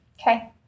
Okay